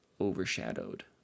overshadowed